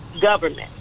government